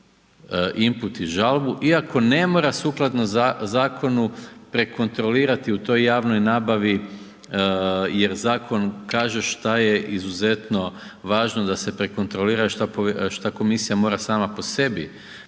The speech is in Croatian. iako ne mora sukladno zakonu prekontrolirati u toj javnoj nabavi jer zakon kaže šta je izuzetno važno da se prekontrolira i šta komisija mora sama po sebi prekontrolirati,